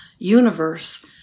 universe